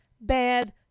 bad